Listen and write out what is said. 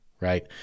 Right